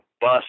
bus